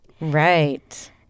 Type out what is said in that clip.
Right